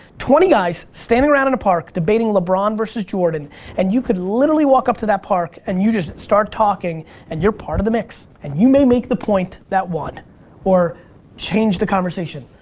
twenty guys standing around in a park debating lebron versus jordan and you could literally walk up to that park and you just start talking and you're part of the mix. and you may make the point that won or changed the conversation.